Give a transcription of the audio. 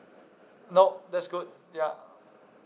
no that's good ya